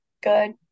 good